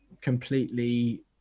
completely